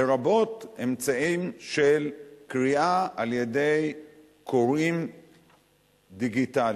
לרבות אמצעים של קריאה על-ידי קוראים דיגיטליים.